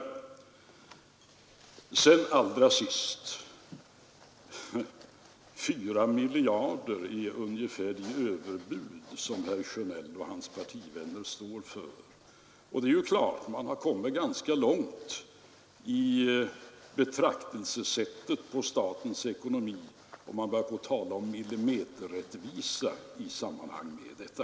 Allra sist vill jag säga att 4 miljarder är ungefär det överbud som herr Sjönell och hans partivänner står för, och det är klart att man har kommit ganska långt i betraktelsesättet när det gäller statens ekonomi om man börjar tala om millimeterrättvisa i sammanhang med detta.